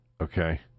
Okay